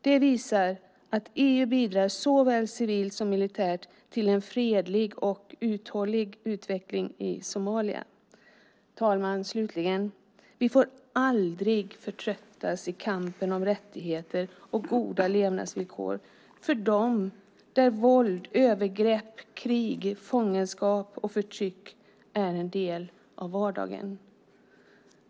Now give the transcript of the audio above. Detta visar att EU bidrar såväl civilt som militärt till en fredlig och uthållig utveckling i Somalia. Herr talman! Vi får slutligen aldrig förtröttas i kampen om rättigheter och goda levnadsvillkor för dem som lever där våld, övergrepp, krig, fångenskap och förtryck är en del av vardagen.